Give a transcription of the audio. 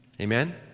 Amen